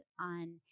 on